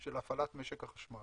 של הפעלת משק החשמל.